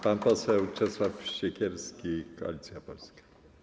Pan poseł Czesław Siekierski, Koalicja Polska.